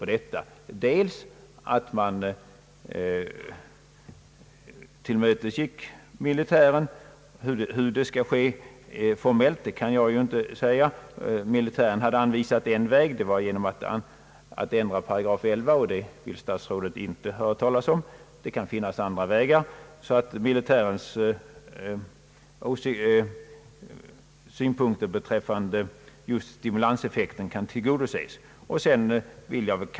Hur det skall ske vet jag inte. Militärerna har anvisat en väg, nämligen att ändra § 11, men det vill statsrådet inte höra talas om. Det torde emellertid finnas andra vägar för att tillmötesgå militären så att den avsedda stimulanseffekten tillgodoses.